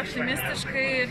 tikrai optimistiškai ir tikrai